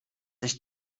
ich